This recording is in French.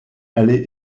allait